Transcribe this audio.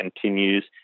continues